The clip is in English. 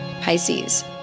Pisces